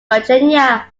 virginia